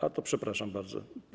A to przepraszam bardzo.